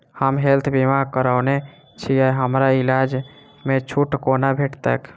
हम हेल्थ बीमा करौने छीयै हमरा इलाज मे छुट कोना भेटतैक?